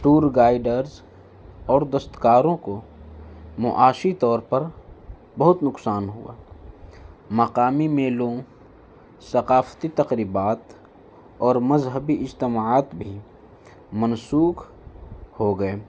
tour guiders اور دستکاروں کو معاشی طور پر بہت نقصان ہوا مقامی میلوں ثقافتی تقریبات اور مذہبی اجتماعات بھی منسوخ ہو گئے